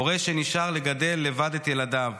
הורה שנשאר לגדל לבד את ילדיו,